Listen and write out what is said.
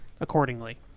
accordingly